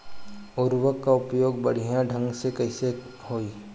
उर्वरक क प्रयोग बढ़िया ढंग से कईसे होई?